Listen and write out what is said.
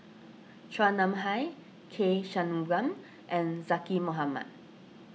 Chua Nam Hai K Shanmugam and Zaqy Mohamad